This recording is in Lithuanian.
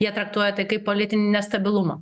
jie traktuoja tai kaip politinį nestabilumą